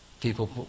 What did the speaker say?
people